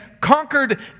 conquered